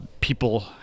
people